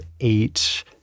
eight